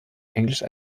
englisch